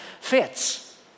fits